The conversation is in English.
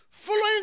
Following